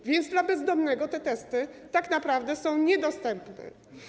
A więc dla bezdomnego te testy tak naprawdę są niedostępne.